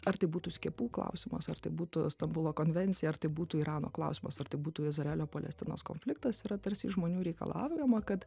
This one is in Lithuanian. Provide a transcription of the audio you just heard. ar tai būtų skiepų klausimas ar tai būtų stambulo konvencija ar tai būtų irano klausimas ar tai būtų izraelio palestinos konfliktas yra tarsi iš žmonių reikalaujama kad